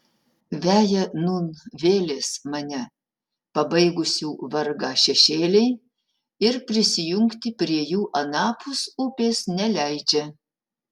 veja nūn vėlės mane pabaigusių vargą šešėliai ir prisijungti prie jų anapus upės neleidžia